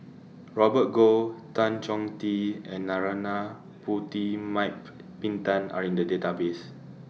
Robert Goh Tan Chong Tee and Narana Putumaippittan Are in The Database